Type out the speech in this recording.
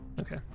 Okay